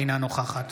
אינה נוכחת